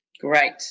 Great